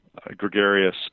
gregarious